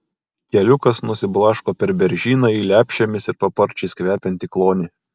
keliukas nusiblaško per beržyną į lepšėmis ir paparčiais kvepiantį klonį